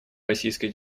российской